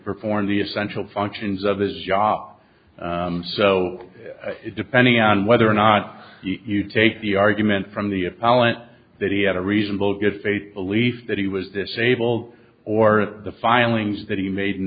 perform the essential functions of his job and so depending on whether or not you take the argument from the appellant that he had a reasonable good faith belief that he was disabled or that the filings that he made in